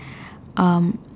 um